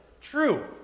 True